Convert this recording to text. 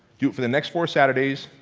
do it for the next four saturdays,